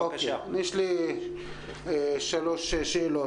יש לי שלוש שאלות.